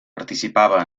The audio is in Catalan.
participava